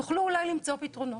יוכלו אולי למצוא פתרונות.